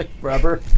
rubber